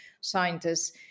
scientists